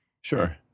Sure